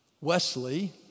Wesley